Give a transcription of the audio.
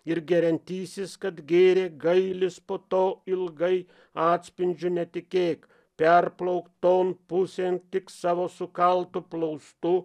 ir geriantysis kad gėrė gailis po to ilgai atspindžiu netikėk perplauk ton pusėn tik savo sukaltu plaustu